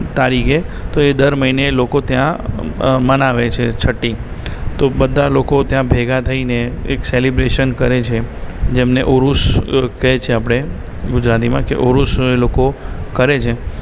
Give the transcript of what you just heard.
એ જ તારીખે તો દર મહિને લોકો ત્યાં મનાવે છે છઠ્ઠી તો બધાં લોકો ત્યાં ભેગા થઈને એક સેલિબ્રેશન કરે છે જેમને ઉર્સ કહે છે આપણે ગુજરાતીમાં કે ઉર્સ લોકો કરે છે